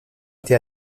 été